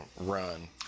run